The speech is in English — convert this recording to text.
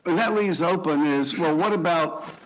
that leaves open is, well, what about